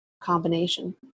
combination